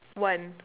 one